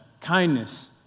Kindness